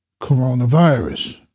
coronavirus